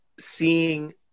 seeing